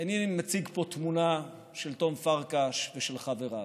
איני מציג פה תמונה של תם פרקש ושל חבריו,